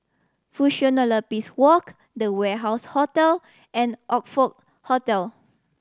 Fusionopolis Walk The Warehouse Hotel and Oxford Hotel